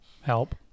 help